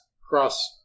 cross